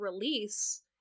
release